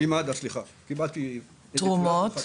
אוקיי, תרומות.